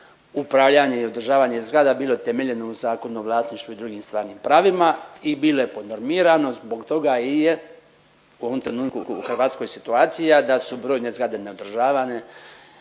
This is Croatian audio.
upravljanje i održavanje zgrada bilo temeljeno u Zakonu o vlasništvu i drugim stvarnim pravima i bilo je podnormirano. Zbog toga i je u ovom trenutku u Hrvatskoj situacija da su brojne zgrade neodržavane,